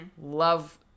Love